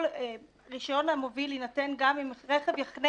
שרישיון המוביל יינתן גם אם הרכב יחנה